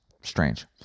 strange